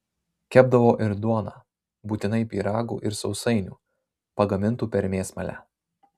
kepdavo ir duoną būtinai pyragų ir sausainių pagamintų per mėsmalę